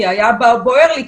כי היה בוער לי,